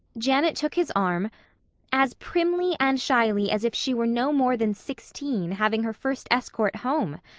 janet took his arm as primly and shyly as if she were no more than sixteen, having her first escort home,